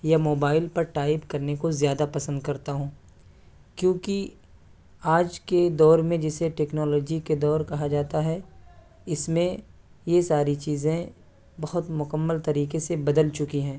یا موبائل پر ٹائپ کرنے کا زیادہ پسند کرتا ہوں کیونکہ آج کے دور میں جسے ٹیکنالوجی کے دور کہا جاتا ہے اس میں یہ ساری چیزیں بہت مکمل طریقے سے بدل چکی ہیں